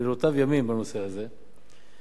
ולילותיו ימים בנושא הזה,